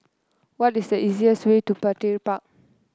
what the easiest way to Petir Park